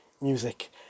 music